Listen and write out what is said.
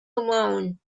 alone